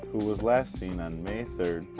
who was last seen on may three,